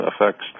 affects